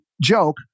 joke